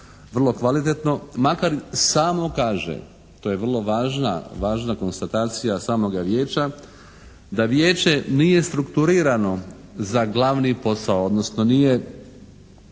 vrlo kvalitetno makar samo kaže, to je vrlo važna, važna konstatacija samoga Vijeća da Vijeće nije strukturirano za glavni posao odnosno nije,